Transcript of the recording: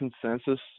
consensus